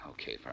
Okay